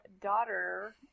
daughter